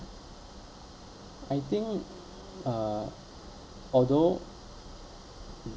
I think uh although